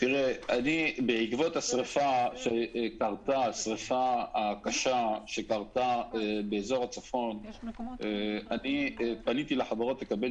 בעקבות השריפה הקשה שקרתה באזור הצפון פניתי לחברות לקבל